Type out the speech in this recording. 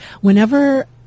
whenever